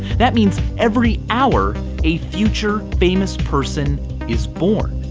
that means every hour a future famous person is born.